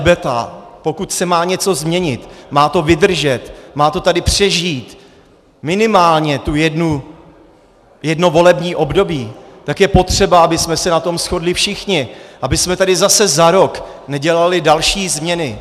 Debata, pokud se má něco změnit, má to vydržet, má to tady přežít minimálně jedno volební období, tak je potřeba, abychom se na tom shodli všichni, abychom tady zase za rok nedělali další změny.